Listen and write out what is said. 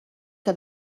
que